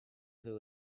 who